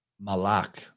malak